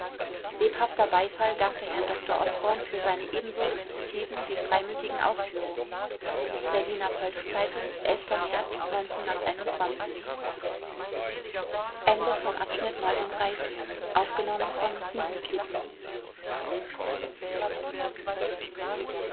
lebhafter beifall dankte herrn dr osborn für seine ebenso instruktiven wie freimütigen ausführungen berliner volks-zeitung märz